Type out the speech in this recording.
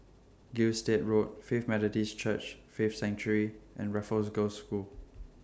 Gilstead Road Faith Methodist Church Faith Sanctuary and Raffles Girls' School